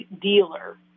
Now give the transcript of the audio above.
dealer